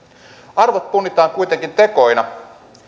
arvot punnitaan kuitenkin tekoina